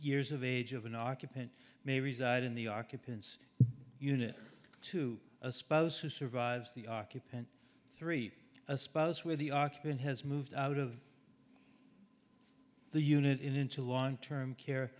years of age of an occupant may reside in the occupants unit to a spouse who survives the occupant three a spouse where the occupant has moved out of the unit into long term care